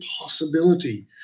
possibility